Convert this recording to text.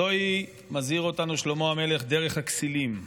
זוהי, מזהיר אותנו שלמה המלך, דרך הכסילים.